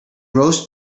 roast